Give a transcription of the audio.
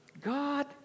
God